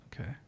okay